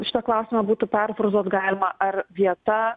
šitą klausimą būtų perfrazuot galima ar vieta